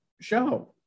show